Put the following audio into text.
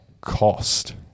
cost